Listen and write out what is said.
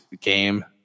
game